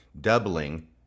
doubling